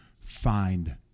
Find